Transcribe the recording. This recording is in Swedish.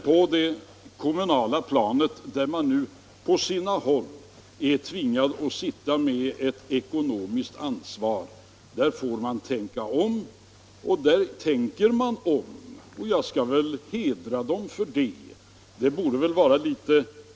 På det kommunala planet, där moderaterna nu på sina håll är tvingade att sitta med ett ekonomiskt ansvar, får man nu tänka om. Och där tänker man om. Jag skall väl hedra moderaterna för det.